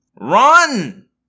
Run